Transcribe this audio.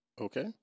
okay